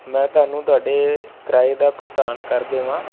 ਮੈਂ ਤੁਹਾਨੂੰ ਤੁਹਾਡੇ ਕਿਰਾਏ ਦਾ ਭੁਗਤਾਨ ਕਰ ਦੇਵਾਂ